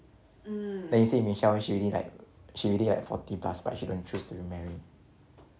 then you see michelle she already like she already like forty plus but she don't choose to remarry